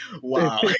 Wow